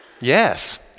Yes